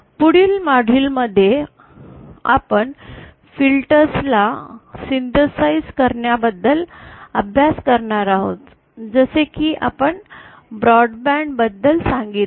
पुढील मॉड्यूलमध्ये आपण फिल्टर्स ला संश्लेषित करण्याबद्दल अभ्यास करणार आहोत जसे की आपण ब्रॉडबँड फिल्टर्स बद्दल सांगितले